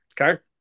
Okay